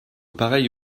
pareil